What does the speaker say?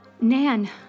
Nan